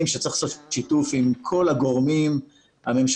שצריך לעשות שיתוף עם כל הגורמים הממשלתיים,